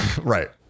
Right